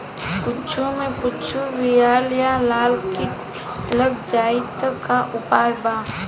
कद्दू मे कद्दू विहल या लाल कीट लग जाइ त का उपाय बा?